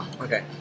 Okay